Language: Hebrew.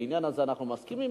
בעניין הזה אנחנו מסכימים,